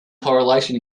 correlation